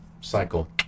cycle